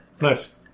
Nice